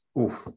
Oof